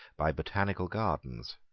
by botanical gardens,